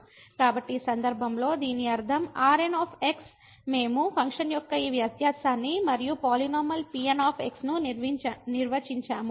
కాబట్టి ఈ సందర్భంలో దీని అర్థం Rn మేము ఫంక్షన్ యొక్క ఈ వ్యత్యాసాన్ని మరియు పాలినోమియల్ Pn ను నిర్వచించాము